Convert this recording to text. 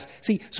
See